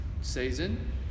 season